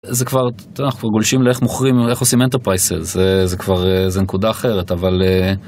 זה כבר, אנחנו כבר גולשים לאיך מוכרים, איך עושים Enterprises, זה כבר, זה נקודה אחרת, אבל.